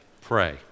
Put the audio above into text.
pray